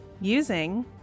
Using